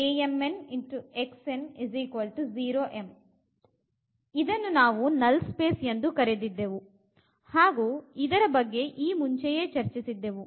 ಇದನ್ನು ನಾವು null space ಎಂದುಕರೆದಿದ್ದೆವು ಹಾಗು ಇದರ ಬಗ್ಗೆ ಈ ಮುಂಚೆಯೇ ಚರ್ಚಿಸಿದೆವು